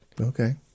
Okay